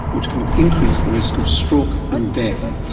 which can increase the risk of stroke and death.